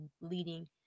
leading